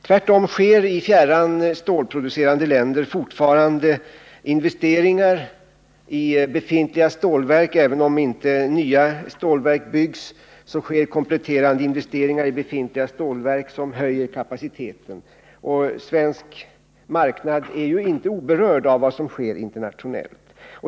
Tvärtom sker i avlägsna stålproducerande länder fortfarande investeringar i stålindustrin. Även om inte nya stålverk byggs, görs kompletterande investeringar i befintliga stålverk, som höjer kapaciteten. Och svensk marknad är ju inte oberörd av vad som sker internationellt.